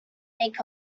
make